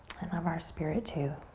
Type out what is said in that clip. and of our spirit too.